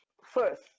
first